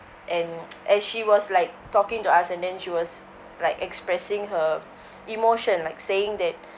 and as she was like talking to us and then she was like expressing her emotion like saying that